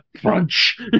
crunch